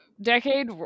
decade